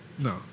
No